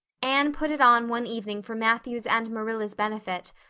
anne put it on one evening for matthew's and marilla's benefit,